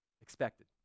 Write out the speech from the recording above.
expected